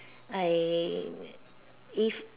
I he's